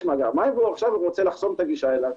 יש מאגר מים והוא רוצה לחסום את הגישה אליו.